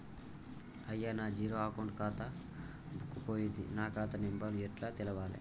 అయ్యా నా zero account ఖాతా బుక్కు పోయింది నా ఖాతా నెంబరు ఎట్ల తెలవాలే?